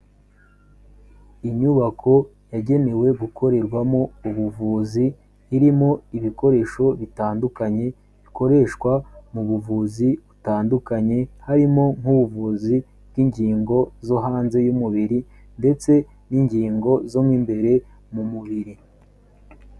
Inyubako yagenewe gukorerwamo ubuvuzi, irimo ibikoresho bitandukanye bikoreshwa mu buvuzi butandukanye harimo nk'ubuvuzi bw'ingingo zo hanze y'umubiri ndetse n'ingingo zo mo imbere mu mubiri.